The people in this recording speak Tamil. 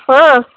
ஆ